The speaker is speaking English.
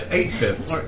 Eight-fifths